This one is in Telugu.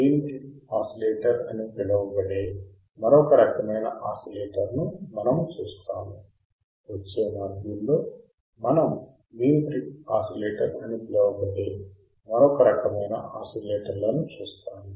వీన్ బ్రిడ్జ్ ఆసిలేటర్ అని పిలువబడే మరొక రకమైన ఆసిలేటర్ను మనము చూస్తాము వచ్చే మాడ్యూల్లో మనం వీన్ బ్రిడ్జ్ ఆసిలేటర్ అని పిలువబడే మరొక రకమైన ఆసిలేటర్లను చూస్తాము